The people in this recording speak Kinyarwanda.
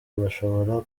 mushobora